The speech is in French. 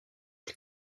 des